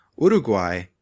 Uruguay